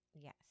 Yes